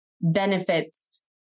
benefits